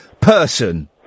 person